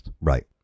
right